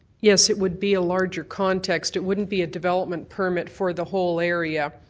yes, it would be a larger context. it wouldn't be a development permit for the whole area.